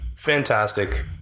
Fantastic